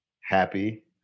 happy